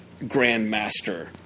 grandmaster